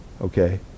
okay